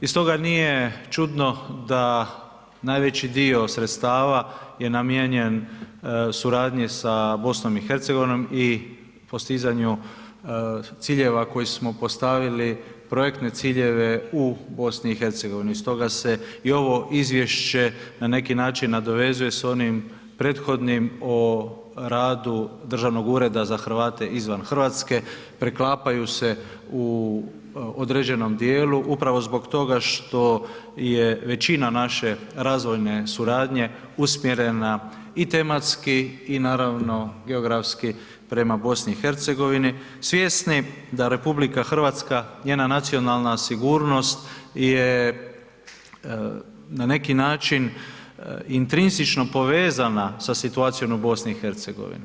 I stoga nije čudno da najveći dio sredstva je namijenjen suradnji s a BiH-om i postizanju ciljeva koji smo postavili, projektne ciljeve u BiH-u stoga se i ovo izvješće na neki način nadovezuje s onim prethodnim o radu državnog ureda za Hrvate izvan Hrvatske, preklapaju se i određenom djelu upravo zbog toga što je većina naše razvojne suradnje usmjerena i tematski i naravno geografski prema BiH-u svjesni da RH, njena nacionalna sigurnost je na neki način intrinzično povezana sa situacijom u BiH-u.